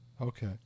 Okay